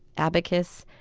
abacus,